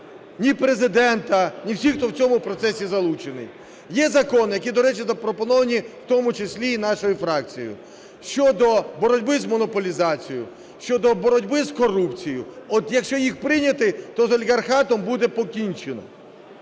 ні Президента, ні всіх, хто в цьому процесі залучений. Є закон, який, до речі, запропонований в тому числі нашою фракцією, щодо боротьби з монополізацією, щодо боротьби з корупцією. От якщо їх прийняти, то з олігархатом буде покінчено.